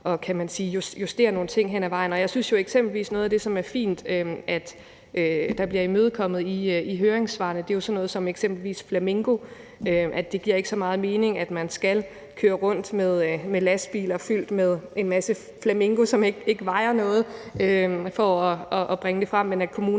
at justere nogle ting hen ad vejen. Og jeg synes jo, at noget af det, der eksempelvis er fint, og som bliver imødekommet i forhold til høringssvarene, er sådan noget som eksempelvis flamingo, altså at det ikke giver så meget mening, at man skal køre rundt med lastbiler fyldt med en masse flamingo, som ikke vejer noget, for at bringe det frem, men at kommunerne